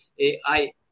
AI